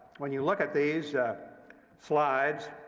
when you look at these slides,